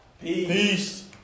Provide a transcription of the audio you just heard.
peace